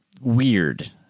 weird